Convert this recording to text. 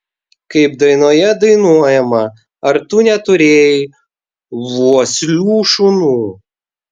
kaip dainoje dainuojama ar tu neturėjai vuoslių šunų